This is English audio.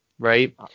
Right